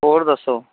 ਹੋਰ ਦੱਸੋ